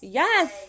yes